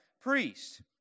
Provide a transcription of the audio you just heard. priest